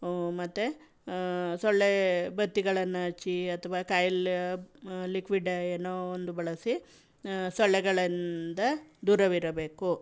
ಮತ್ತು ಸೊಳ್ಳೆ ಬತ್ತಿಗಳನ್ನು ಹಚ್ಚಿ ಅಥವಾ ಕಾಯಿಲ್ ಲಿಕ್ವಿಡ್ ಏನೋ ಒಂದು ಬಳಸಿ ಸೊಳ್ಳೆಗಳಿಂದ ದೂರವಿರಬೇಕು